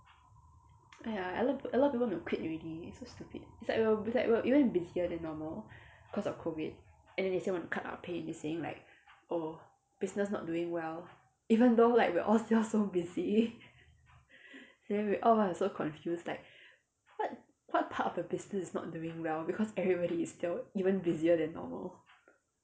!aiya! a lot a lot of people want to quit already it's so stupid it's like we are it's like we are even busier than normal cause of COVID and they say want to cut our pay and they say like oh business not doing well even though like we all all so busy then all of us are so confused like what what part of the business is not doing well because everybody is still even busier than normal